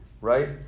right